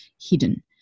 hidden